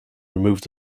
removed